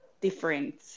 different